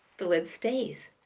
the lid stays.